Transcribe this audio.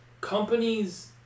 companies